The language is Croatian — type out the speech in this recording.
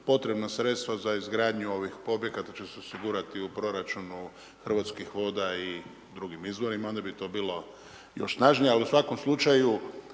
potrebna sredstva za izgradnju ovih objekata će se osigurati u proračunu Hrvatskih voda i drugim izvorima, onda bi to bilo još snažnije. Ali u svakom slučaju,